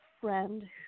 friend